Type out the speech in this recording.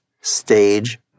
stage